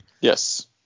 Yes